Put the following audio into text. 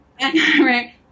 Right